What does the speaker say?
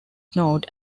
ignored